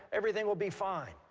everything will be fine.